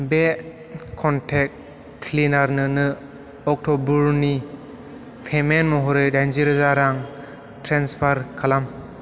बे कनटेक्ट क्लिनारनोनो अक्ट'बरनि पेमेन्ट महरै दाइनजि रोजा रां ट्रेन्सफार खालाम